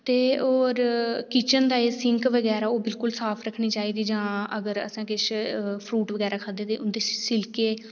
ते होर एह् किचन दा सिंक बगैरा साफ रक्खनी चाहिदी जां अगर असें किश फ्रूट बगैरा खाद्धे दे उंदे छिलके